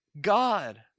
God